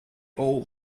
all